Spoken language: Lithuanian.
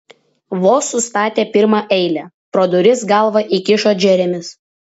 vos sustatė pirmą eilę pro duris galvą įkišo džeremis